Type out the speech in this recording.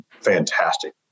fantastic